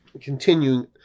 continuing